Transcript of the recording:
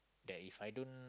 then If I don't